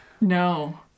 no